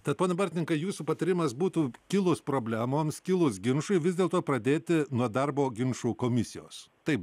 tai pone bartninkai jūsų patarimas būtų kilus problemoms kilus ginčui vis dėl to pradėti nuo darbo ginčų komisijos taip